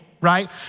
right